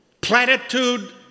platitude